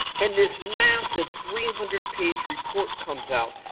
and this massive three hundred page report comes out.